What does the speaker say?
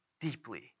deeply